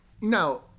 Now